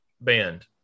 band